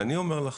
אני אומר לכם.